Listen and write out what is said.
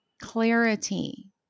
Clarity